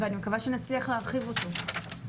ואני מקווה שנצליח להרחיב אותו.